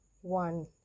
one